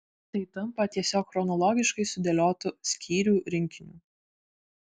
tai tampa tiesiog chronologiškai sudėliotu skyrių rinkiniu